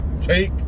take